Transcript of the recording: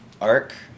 Arc